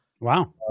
Wow